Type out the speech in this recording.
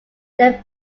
they